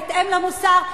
בהתאם למוסר,